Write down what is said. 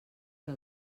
que